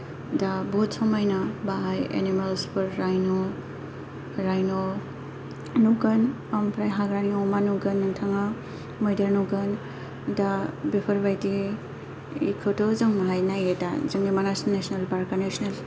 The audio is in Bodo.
दा बुहुद समायना बाहाय एनिमेल्सफोर रायन' रायन' नुगोन ओमफ्राय हाग्रानि अमा नुगोन नोंथांआ मैदेर नुगोन दा बेफोरबायदिखौथ' जों नुलायलायो दा जोंनि मानास नेसनेल पार्का नेसनेल